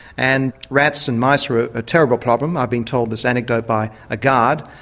and rats and mice were a terrible problem. i've been told this anecdote by a guard,